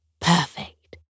Perfect